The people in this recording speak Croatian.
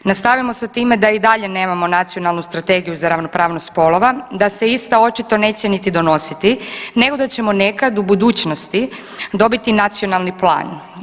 Nastavimo sa time da i dalje nemamo nacionalnu strategiju za ravnopravnost spolova, da se ista očito neće niti donositi nego da ćemo nekad u budućnosti dobiti nacionalni plan.